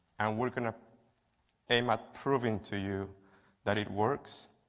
we going to aim at proving to you that it works